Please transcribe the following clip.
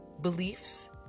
beliefs